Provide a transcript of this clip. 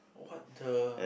what the